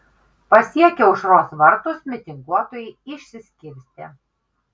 pasiekę aušros vartus mitinguotojai išsiskirstė